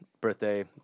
birthday